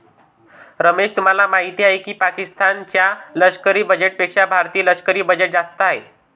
रमेश तुम्हाला माहिती आहे की पाकिस्तान च्या लष्करी बजेटपेक्षा भारतीय लष्करी बजेट जास्त आहे